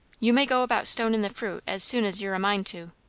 you may go about stonin' the fruit as soon as you're a mind to.